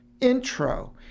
intro